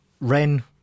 Ren